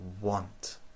want